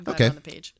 Okay